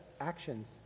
actions